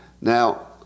Now